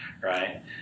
right